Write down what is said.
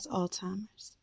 Alzheimer's